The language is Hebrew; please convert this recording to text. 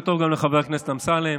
סיפרתי לך,